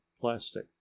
plastic